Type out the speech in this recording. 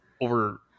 over